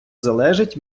залежить